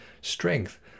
strength